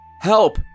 Help